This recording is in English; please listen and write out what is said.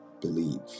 believe